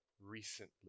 recently